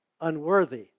unworthy